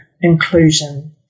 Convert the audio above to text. inclusion